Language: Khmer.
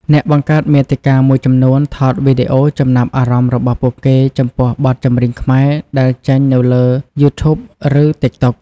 អ្នកបង្កើតមាតិការមួយចំនួនថតវីដេអូចំណាប់អារម្មណ៍របស់ពួកគេចំពោះបទចម្រៀងខ្មែរដែលចេញនៅលើ YouTube ឬ TikTok។